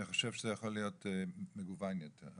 אני חושב שזה יכול להיות מגוון יותר,